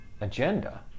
agenda